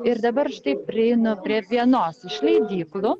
ir dabar štai prieinu prie vienos iš leidyklų